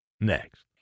Next